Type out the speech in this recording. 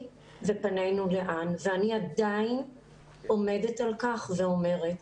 ופנינו לאן ואני עדיין עומדת על כך ואומרת,